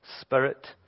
Spirit